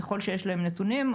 ככל שיש להם נתונים,